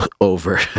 over